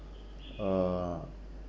uh